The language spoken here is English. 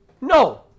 No